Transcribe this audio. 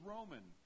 Roman